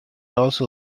also